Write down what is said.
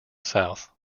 south